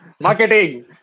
marketing